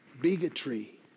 bigotry